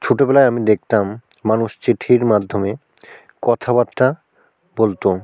ছোটোবেলায় আমি দেখতাম মানুষ চিঠির মাধ্যমে কথাবার্তা বলতো